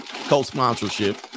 Co-sponsorship